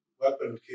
weapon